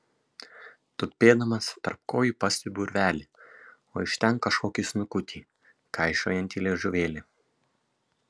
tupėdamas tarp kojų pastebiu urvelį o iš ten kažkokį snukutį kaišiojantį liežuvėlį